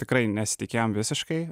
tikrai nesitikėjom visiškai